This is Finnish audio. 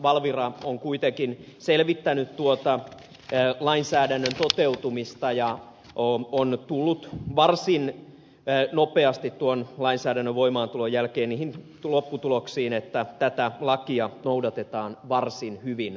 valvira on kuitenkin selvittänyt tuota lainsäädännön toteutumista ja tullut varsin nopeasti lainsäädännön voimaantulon jälkeen niihin lopputuloksiin että tätä lakia noudatetaan varsin hyvin ravintoloissa